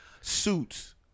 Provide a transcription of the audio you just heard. Suits